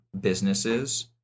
businesses